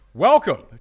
Welcome